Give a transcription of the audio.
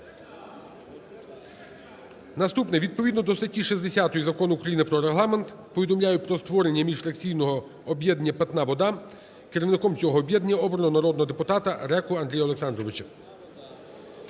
Наступне: відповідно до статті 60 Закону України про Регламент повідомляю про створення міжфракційного об'єднання "Питна вода". Керівником цього об'єднання обрано народного депутата Реку Андрія Олександровича.